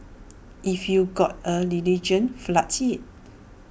if you've got A religion flaunt IT